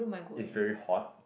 it's very hot